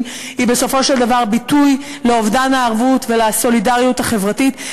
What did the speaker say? היא בסופו של דבר ביטוי לאובדן הערבות והסולידריות החברתית.